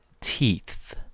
teeth